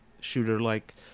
shooter-like